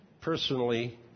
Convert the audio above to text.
personally